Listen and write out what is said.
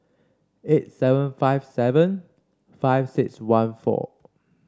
eight seven five seven five six one four